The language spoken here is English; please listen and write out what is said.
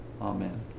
amen